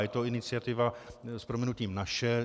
Je to iniciativa s prominutím naše.